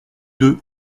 deux